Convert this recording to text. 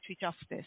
Justice